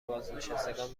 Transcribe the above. بازنشستگان